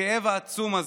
הכאב בעצום הזה,